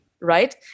right